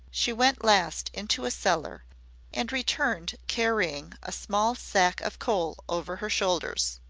she went last into a cellar and returned carrying a small sack of coal over her shoulders.